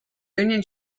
union